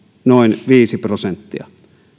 noin viisi prosenttia